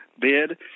bid